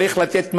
בצדק.